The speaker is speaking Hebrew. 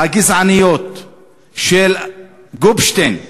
הגזעניות של גופשטיין,